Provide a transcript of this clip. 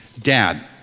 dad